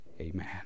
Amen